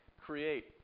create